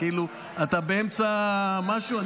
כאילו אתה באמצע משהו?